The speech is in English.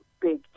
big